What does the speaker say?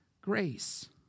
grace